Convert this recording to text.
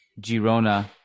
Girona